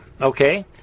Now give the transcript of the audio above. Okay